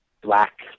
black